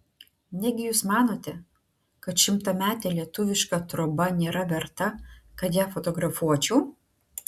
negi jūs manote kad šimtametė lietuviška troba nėra verta kad ją fotografuočiau